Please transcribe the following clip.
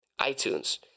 iTunes